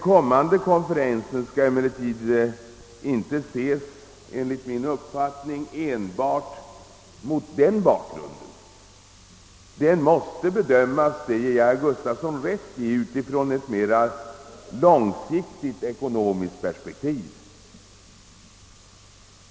Den kommande konferensen skall emellertid enligt min uppfattning inte ses enbart mot denna bakgrund. Den måste bedömas — det ger jag herr Gustafson i Göteborg rätt i — ur ett mera långsiktigt ekonomiskt perspektiv.